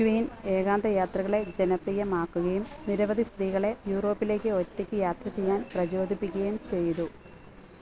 Queen ഏകാന്തയാത്രകളെ ജനപ്രിയമാക്കുകയും നിരവധി സ്ത്രീകളെ യൂറോപ്പിലേക്ക് ഒറ്റയ്ക്ക് യാത്ര ചെയ്യാൻ പ്രചോദിപ്പിക്കുകയും ചെയ്തു